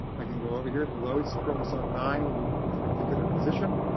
i can go over here to load chromosome nine with a particular position,